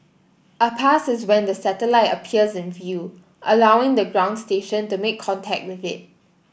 a pass is when the satellite appears in view allowing the ground station to make contact with it